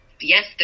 yes